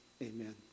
amen